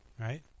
right